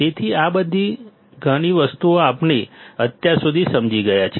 તેથી આ ઘણી બધી વસ્તુઓ આપણે અત્યાર સુધી સમજી ગયા છીએ